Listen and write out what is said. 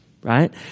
right